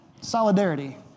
Solidarity